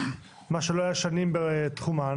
מה שלא היה שנים בתחומן,